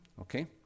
Okay